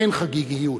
אין חגיגיות.